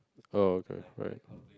oh okay right